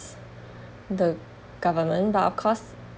the government but of course